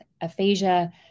aphasia